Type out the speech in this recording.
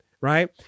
Right